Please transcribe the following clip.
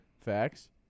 Facts